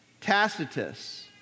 Tacitus